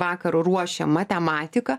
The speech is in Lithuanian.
vakar ruošėm matematiką